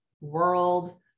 world